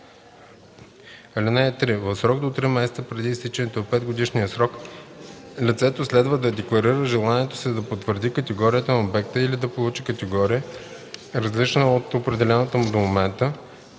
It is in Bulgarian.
В срок до три месеца преди изтичането на 5-годишния срок лицето следва да декларира желанието си да потвърди категорията на обекта или да получи категория, различна от определената му до момента,